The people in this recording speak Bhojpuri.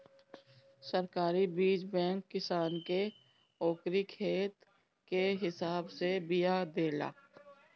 सरकारी बीज बैंक किसान के ओकरी खेत के हिसाब से बिया देला